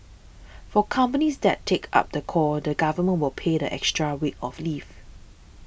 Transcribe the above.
for companies that take up the call the Government will pay the extra week of leave